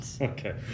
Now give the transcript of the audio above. Okay